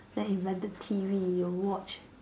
then invented T_V you watch